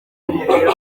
w’umupira